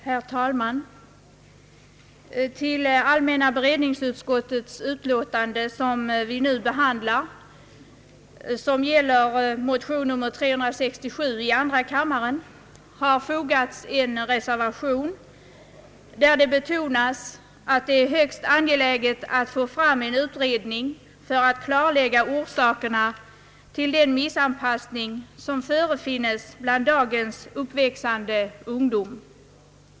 Herr talman! Till allmänna beredningsutskottets utlåtande nr 46, som vi nu behandlar och som bl.a. gäller motion II: 367, har fogats en reservation, vari betonas att det är högst angeläget med en utredning för att klarlägga orsakerna till den missanpassning som förefinnes bland dagens uppväxande ungdom.